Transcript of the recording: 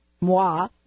moi